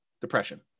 depression